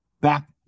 back